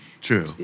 True